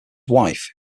wife